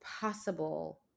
possible